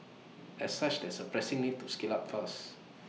as such there is A pressing need to scale up fast